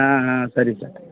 ಹಾಂ ಹಾಂ ಸರಿ ಸರ್